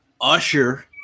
Usher